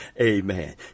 Amen